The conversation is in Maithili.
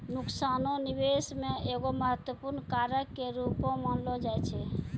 नुकसानो निबेश मे एगो महत्वपूर्ण कारक के रूपो मानलो जाय छै